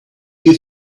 you